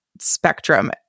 spectrum